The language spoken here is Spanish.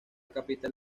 capital